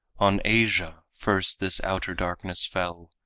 on asia first this outer darkness fell,